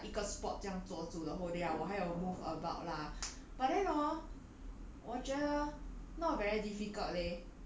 like of course 我没有在在我的椅子上 like like 一个 spot 这样坐住 the whole day ah 我还有 move about lah but then hor